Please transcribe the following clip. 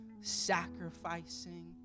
Sacrificing